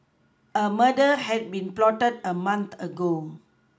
a murder had been plotted a month ago